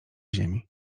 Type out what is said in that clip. ziemi